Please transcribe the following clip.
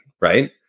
right